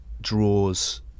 draws